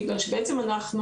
בגלל שבעצם אנחנו